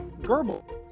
Goebbels